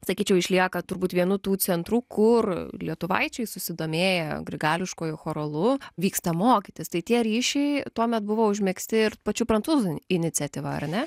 sakyčiau išlieka turbūt vienu tų centrų kur lietuvaičiai susidomėję grigališkuoju choralu vyksta mokytis tai tie ryšiai tuomet buvo užmegzti ir pačių prancūzų iniciatyva ar ne